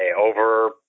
over